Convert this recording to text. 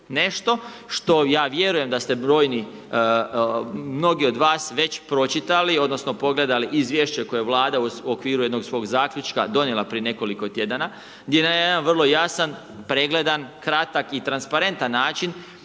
Nešto što ja vjerujem da ste brojni, mnogi od vas već pročitali, odnosno, pogledali izvješće koje vlada u okviru jednog svog zaključka donijela prije nekoliko tjedana, gdje na jedan vrlo jasan, pregledan, kratak i transparentan način,